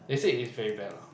they said it's very bad lah